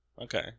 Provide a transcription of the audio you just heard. Okay